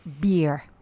beer